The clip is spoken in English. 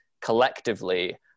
collectively